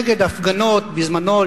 נגד הפגנות בזמנן,